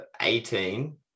18